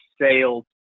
sales